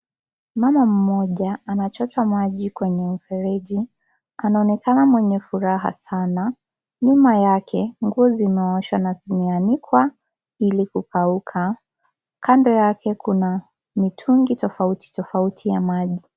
Mama mmoja, anachota maji kwenye mfereji. Anaonekana mwenye furaha sana. Nyuma yake, kuna nguo zimeoshwa na zimeanikwa ili kukauka. Kando yake, kuna mitungi tofauti tofauti ya maji.